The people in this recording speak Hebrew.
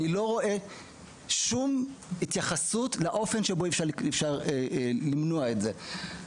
אני לא רואה שום התייחסות לאופן שבו אפשר למנוע את זה.